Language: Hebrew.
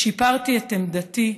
שיפרתי את עמדתי.